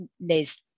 Liz